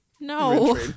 No